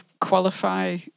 qualify